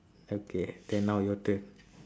okay then now your turn